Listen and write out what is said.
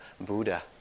Buddha